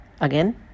again